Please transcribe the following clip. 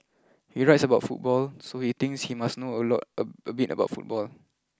he writes about football so he thinks he must know a lot a a bit about football